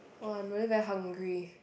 !wah! I'm really very hungry